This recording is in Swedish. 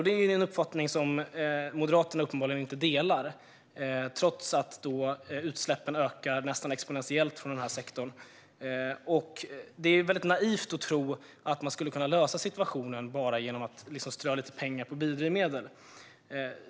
Det är en uppfattning som Moderaterna uppenbarligen inte delar trots att utsläppen ökar nästan exponentiellt från denna sektor. Det är naivt att tro att man skulle kunna lösa situationen bara genom att strö lite pengar på biodrivmedel.